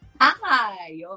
Hi